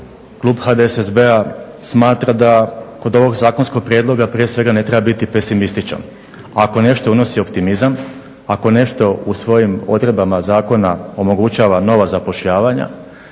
klub HDSSB-a smatra da kod ovog zakonskog prijedloga prije svega ne treba biti pesimističan. Ako nešto unosi optimizam, ako nešto u svojim odredbama zakona omogućava nova zapošljavanja,